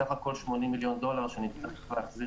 בסך הכול 80 מיליון דולר שנצטרך להחזיר